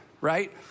right